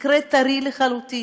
מקרה טרי לחלוטין.